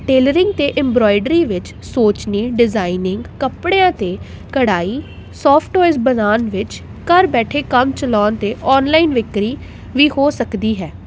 tailoring ਅਤੇ embroidery ਵਿੱਚ ਸੋਚ ਨੇ ਡਿਜ਼ਾਇਨਿੰਗ ਕੱਪੜਿਆਂ 'ਤੇ ਕਢਾਈ ਸੋਫਟ ਟੋਯਾਏਜ਼ ਬਣਾਉਣ ਵਿੱਚ ਘਰ ਬੈਠੇ ਕੰਮ ਚਲਾਉਣ ਅਤੇ ਔਨਲਾਈਨ ਵਿਕਰੀ ਵੀ ਹੋ ਸਕਦੀ ਹੈ